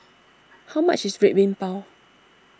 how much is Red Bean Bao